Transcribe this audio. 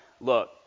look